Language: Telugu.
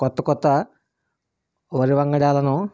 కొత్త కొత్త వరి వంగడాలను